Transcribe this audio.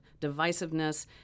divisiveness